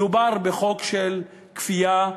מדובר בחוק של כפייה,